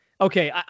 okay